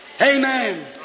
Amen